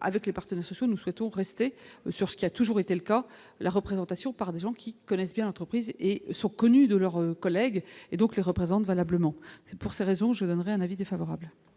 avec les partenaires sociaux, nous souhaitons rester sur ce qui a toujours été le cas, la représentation par des gens qui connaissent bien l'entreprise et sont connus de leurs collègues, et donc le représente valablement pour ces raisons, je donnerai un avis défavorable.